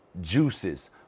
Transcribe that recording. juices